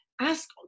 Ask